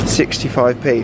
65p